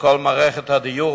בכל מערכת הדיור,